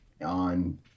on